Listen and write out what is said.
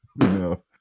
no